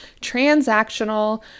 transactional